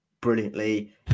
brilliantly